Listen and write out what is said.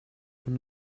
from